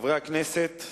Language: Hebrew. חברי הכנסת,